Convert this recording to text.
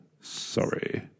sorry